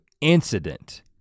incident